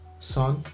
son